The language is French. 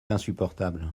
insupportable